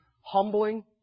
humbling